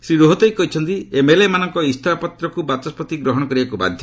ସେ କହିଛନ୍ତି ଏମ୍ଏଲ୍ଏ ମାନଙ୍କ ଇସ୍ତଫାପତ୍ରକ୍ ବାଚସ୍କତି ଗ୍ରହଣ କରିବାକୁ ବାଧ୍ୟ